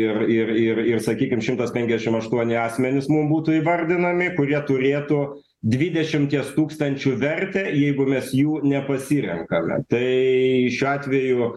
ir ir ir ir sakykim šimtas penkiasdešim aštuoni asmenys mum būtų įvardinami kurie turėtų dvidešimties tūkstančių vertę jeigu mes jų nepasirenkame tai šiuo atveju